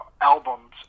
albums